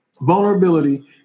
vulnerability